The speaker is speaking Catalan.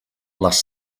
les